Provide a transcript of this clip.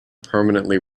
permanently